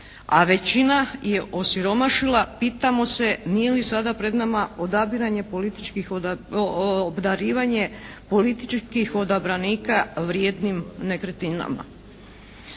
a većina je osiromašila. Pitamo se nije li sada pred nama odabiranje političkih, obdarivanje političkih odabranika vrijednim nekretninama.